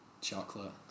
Chocolate